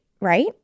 right